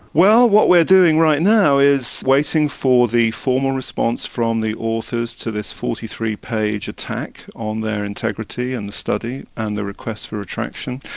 well, what we're doing right now is waiting for the formal response from the authors to this forty three page attack on their integrity and the study, and the request for a retraction.